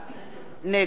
ציפי חוטובלי,